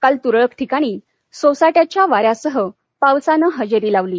काल तुरळक ठिकाणी सोसाट्याच्या वार्यारसह पावसानं इजेरी लावली